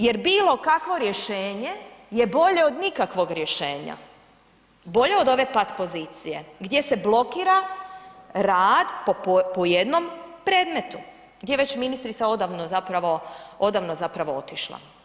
Jer bilo kakvo rješenje je bolje od nikakvog rješenja, bolje od ove pat pozicije gdje se blokira rad po jednom predmetu, gdje je već ministrica odavno zapravo, odavno zapravo otišla.